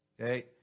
Okay